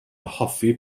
hoffi